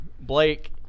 Blake